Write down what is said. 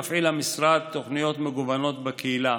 מפעיל המשרד תוכניות מגוונות בקהילה: